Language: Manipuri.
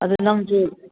ꯑꯗꯨ ꯅꯪꯁꯨ